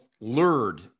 lured